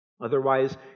Otherwise